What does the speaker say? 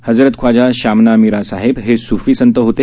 हजरत ख्वाजा शामना मिरा साहेब हे स्फी संत होते